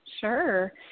Sure